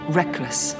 reckless